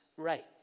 right